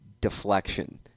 deflection